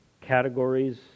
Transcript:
categories